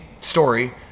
story